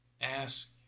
ask